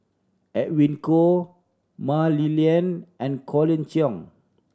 Edwin Koo Mah Li Lian and Colin Cheong